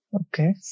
okay